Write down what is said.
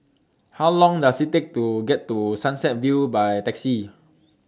How Long Does IT Take to get to Sunset View By Taxi